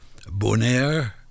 Bonaire